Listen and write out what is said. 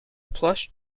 plush